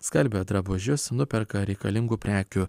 skalbia drabužius nuperka reikalingų prekių